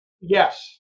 Yes